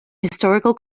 historical